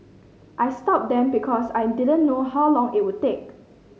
I stopped them because I didn't know how long it would take